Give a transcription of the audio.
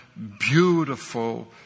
beautiful